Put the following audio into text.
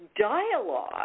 dialogue